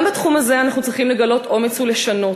גם בתחום הזה אנחנו צריכים לגלות אומץ ולשנות: